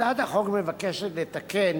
הצעת החוק מבקשת לתקן